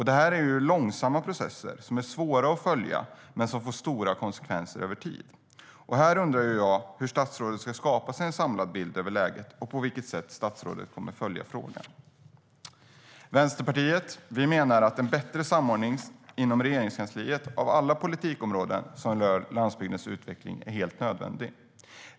Det här är långsamma processer som är svåra att följa men som får stora konsekvenser över tid. Jag undrar hur statsrådet ska skapa sig en samlad bild över läget och på vilket sätt statsrådet kommer att följa frågan. Vänsterpartiet menar att en bättre samordning inom Regeringskansliet av alla politikområden som rör landsbygdens utveckling är helt nödvändig.